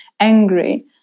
Angry